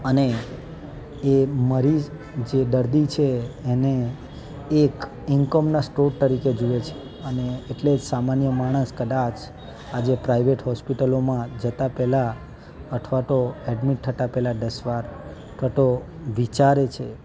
અને એ મરીઝ જે દર્દી છે એને એક ઈનકમના સ્ત્રોત તરીકે જુએ છે અને એટલે જ સામાન્ય માણસ કદાચ આજે પ્રાઈવેટ હોસ્પિટલોમાં જતાં પહેલાં અથવા તો એડમિટ થતાં પહેલાં દસ વાર અથવા તો વિચારે છે